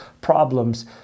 problems